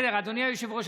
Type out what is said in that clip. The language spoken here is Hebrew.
בסדר, אדוני היושב-ראש.